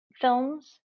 films